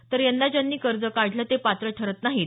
तर यंदा ज्यांनी कर्ज काढलं ते पात्र ठरत नाहीत